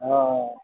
हँ